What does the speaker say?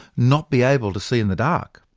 not be able to see in the dark.